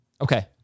Okay